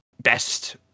best